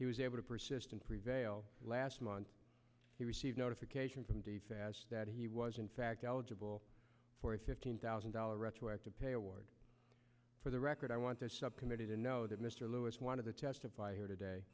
he was able to persist and prevail last month he received notification from d f s that he was in fact eligible for a fifteen thousand dollars retroactive pay award for the record i want the subcommittee to know that mr lewis wanted to testify here today